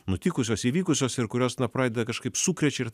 nutikusios įvykusios ir kurios na pradeda kažkaip sukrečia ir